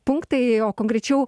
punktai o konkrečiau